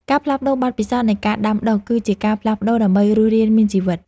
ការផ្លាស់ប្តូរបទពិសោធន៍នៃការដាំដុះ គឺជាការផ្លាស់ប្តូរដើម្បីរស់រានមានជីវិត។